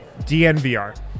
DNVR